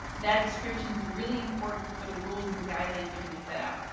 that description is really important for the rules and guidelines are going to be set out.